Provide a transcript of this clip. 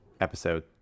episode